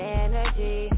energy